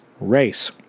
race